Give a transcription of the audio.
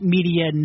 Media